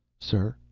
sir,